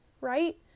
right